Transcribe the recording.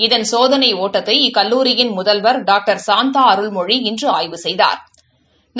இதன் சோதனை இட்டத்தை இக்கல்லூரியின் முதல்வர் டாக்டர் சாந்தா அருள்மொழி இன்று ஆய்வு செய்தாாா்